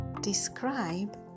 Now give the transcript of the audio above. Describe